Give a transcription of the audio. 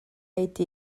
été